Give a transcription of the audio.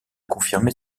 confirmé